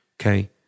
okay